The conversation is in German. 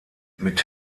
mit